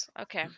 okay